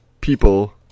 people